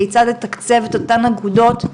כיצד לתקצב את אותן אגודות.